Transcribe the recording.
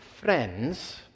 friends